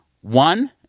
One